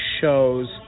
shows